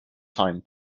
time